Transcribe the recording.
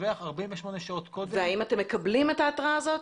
הפורום התחיל בדיונים במהלך הבנייה של האסדה,